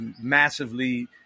massively